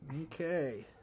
Okay